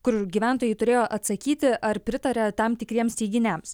kur gyventojai turėjo atsakyti ar pritaria tam tikriems teiginiams